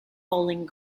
bowling